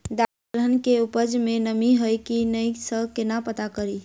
दालि दलहन केँ उपज मे नमी हय की नै सँ केना पत्ता कड़ी?